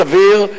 סביר,